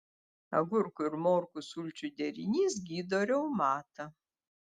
agurkų ir morkų sulčių derinys gydo reumatą